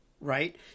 right